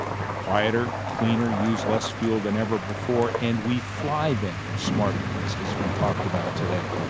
they are quieter, cleaner, use less fuel than ever before. and we fly them smarter, as has been talked about today.